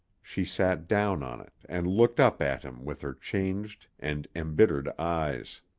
she sat down on it and looked up at him with her changed and embittered eyes.